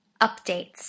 Updates